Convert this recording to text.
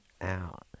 out